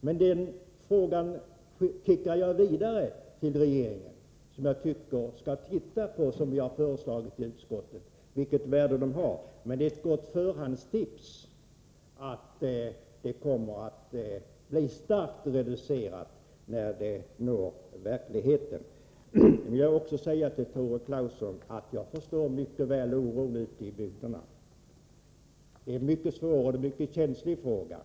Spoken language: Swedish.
Men jag skickar förslagen vidare till regeringen, som jag tycker skall titta på vilket värde de har, vilket utskottet också har föreslagit. Men det är ett gott förhandstips att förslagen kommer att vara starkt reducerade när de når verkligheten. Jag vill också säga till Tore Claeson att jag mycket väl förstår oron ute i bygderna. Detta är mycket svåra och känsliga frågor.